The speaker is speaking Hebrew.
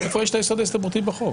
איפה יש את היסוד ההסתברותי בחוק?